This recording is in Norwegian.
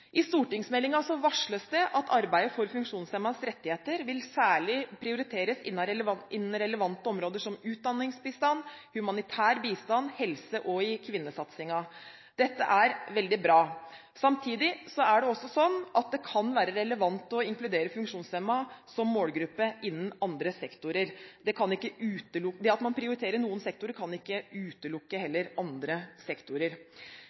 I stortingsmeldingen varsles det at arbeidet for funksjonshemmedes rettigheter særlig vil prioriteres innen relevante områder som utdanningsbistand, humanitær bistand og helse og kvinnesatsing. Dette er veldig bra. Samtidig kan det være relevant å inkludere funksjonshemmede som målgruppe innen andre sektorer. Det at man prioriterer noen sektorer, kan ikke utelukke andre sektorer.